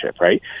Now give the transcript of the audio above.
right